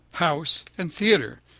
house and theater.